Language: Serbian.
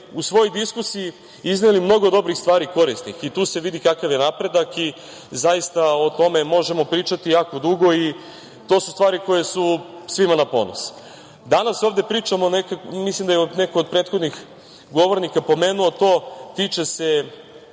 u svojoj diskusiji izneli mnogo dobrih korisnih stvari i tu se vidi kakav je napredak. Zaista, o tome možemo pričati jako dugo i to su stvari koje su svima na ponos. Danas ovde pričamo, mislim da je neko od prethodnih govornika pomenuo to, tiče se